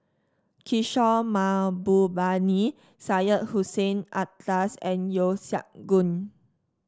Kishore Mahbubani Syed Hussein Alatas and Yeo Siak Goon